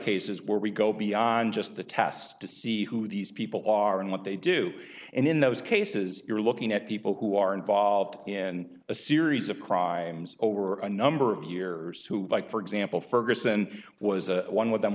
cases where we go beyond just the test to see who these people are and what they do and in those cases you're looking at people who are involved in a series of crimes over a number of years who like for example ferguson was one with them